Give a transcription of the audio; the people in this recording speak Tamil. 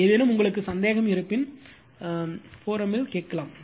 ஏதேனும் உங்களுக்கு சந்தேகம் இருப்பின் மன்றத்தில் கேக்கலாம்